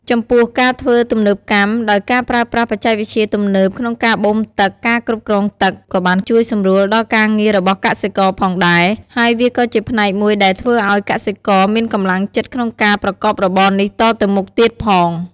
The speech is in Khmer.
ចំពោះ ការធ្វើទំនើបកម្ម ដោយការប្រើប្រាស់បច្ចេកវិទ្យាទំនើបក្នុងការបូមទឹក ការគ្រប់គ្រងទឹក ក៏បានជួយសម្រួលដល់ការងាររបស់កសិករផងដែរ ហើយវាក៏ជាផ្នែកមួយដែលធ្វើឲ្យកសិករមានកម្លាំងចិត្តក្នុងការប្រកបរបរនេះតទៅមុខទៀតផង។